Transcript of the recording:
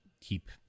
keep